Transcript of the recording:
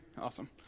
Awesome